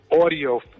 audio